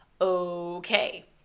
Okay